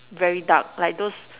very dark like those